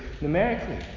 numerically